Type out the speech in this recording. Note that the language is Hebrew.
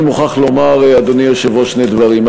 אני מוכרח לומר, אדוני היושב-ראש, שני דברים.